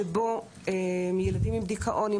שבו ילדים עם דכאון,